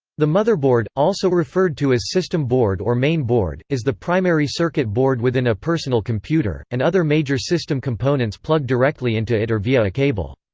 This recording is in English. the motherboard, also referred to as system board or main board, is the primary circuit board within a personal computer, and other major system components plug directly into it or via a cable.